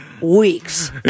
weeks